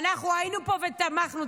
אנחנו היינו פה ותמכנו,